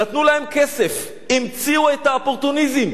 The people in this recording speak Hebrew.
נתנו להם כסף, המציאו את האופורטוניזם,